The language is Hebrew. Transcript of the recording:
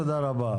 תודה רבה.